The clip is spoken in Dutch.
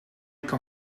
kan